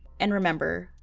and remember,